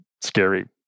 scary